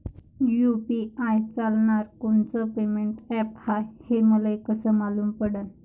UPI चालणारं कोनचं payment app हाय, हे मले कस मालूम पडन?